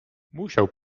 musiał